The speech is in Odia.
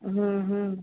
ହଁ ହଁ